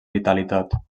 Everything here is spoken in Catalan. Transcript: vitalitat